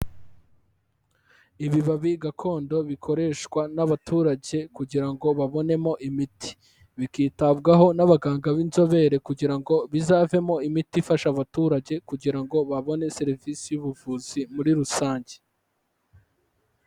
Ibibabi gakondo bikoreshwa n'abaturage kugira ngo babonemo imiti. Bikitabwaho n'abaganga b'inzobere kugira ngo bizavemo imiti ifasha abaturage kugira ngo babone serivisi y'ubuvuzi muri rusange.